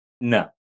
No